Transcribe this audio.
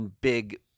big